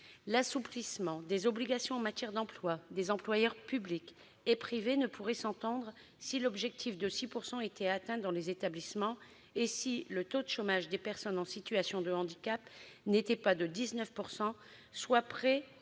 L'assouplissement des obligations en matière d'emploi des employeurs publics et privés ne pourrait s'entendre que si l'objectif de 6 % était atteint dans les établissements et si le taux de chômage des personnes en situation de handicap n'était pas de 19 %, soit près de deux fois